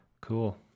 Cool